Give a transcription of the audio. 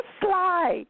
sly